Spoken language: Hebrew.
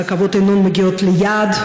הרכבות אינן מגיעות ליעד,